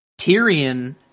Tyrion